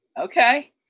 okay